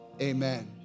Amen